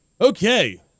Okay